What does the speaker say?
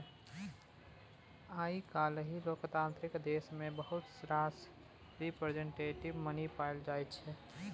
आइ काल्हि लोकतांत्रिक देश मे बहुत रास रिप्रजेंटेटिव मनी पाएल जाइ छै